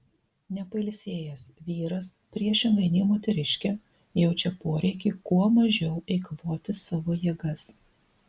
nepailsėjęs vyras priešingai nei moteriškė jaučia poreikį kuo mažiau eikvoti savo jėgas